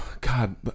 God